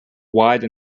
wide